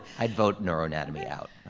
i'd vote neuroanatomy out.